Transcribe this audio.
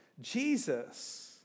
jesus